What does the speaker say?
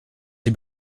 sie